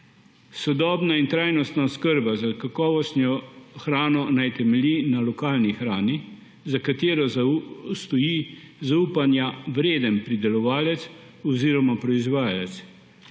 Sodobna in trajnostna oskrba s kakovostno hrano naj temelji na lokalni hrani, za katero stoji zaupanja vreden pridelovalec oziroma proizvajalec,